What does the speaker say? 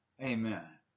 Amen